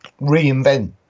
reinvent